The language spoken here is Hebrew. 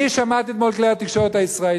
אני שמעתי אתמול את כלי התקשורת הישראליים,